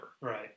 Right